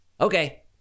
Okay